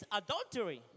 adultery